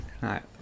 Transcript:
right